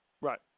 Right